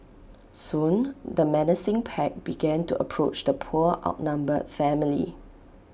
soon the menacing pack began to approach the poor outnumbered family